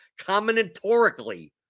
combinatorically